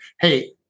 hey